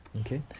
Okay